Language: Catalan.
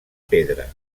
pedra